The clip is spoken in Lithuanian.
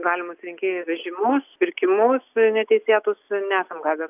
galimus rinkėjų vežimus pirkimus neteisėtus nesam gavę